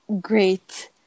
great